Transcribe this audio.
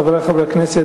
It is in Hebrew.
חברי חברי הכנסת,